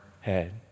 head